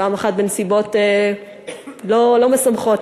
פעם אחת בנסיבות לא משמחות,